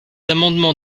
amendements